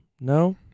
no